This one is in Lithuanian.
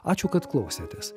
ačiū kad klausėtės